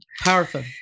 Powerful